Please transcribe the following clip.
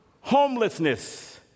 homelessness